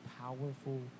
powerful